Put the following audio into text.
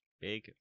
Big